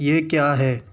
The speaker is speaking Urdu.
یہ کیا ہے